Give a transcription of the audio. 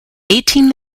eighteen